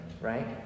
right